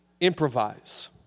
improvise